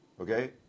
Okay